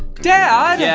dad! yeah